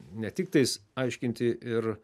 ne tiktais aiškinti ir